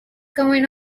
going